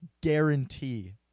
guarantee